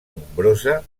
nombrosa